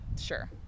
Sure